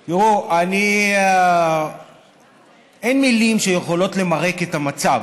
תראו, אין מילים שיכולות למרק את המצב.